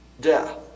death